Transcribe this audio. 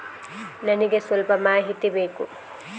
ನನಿಗೆ ಸ್ವಲ್ಪ ಮಾಹಿತಿ ಬೇಕು